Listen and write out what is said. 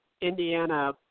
Indiana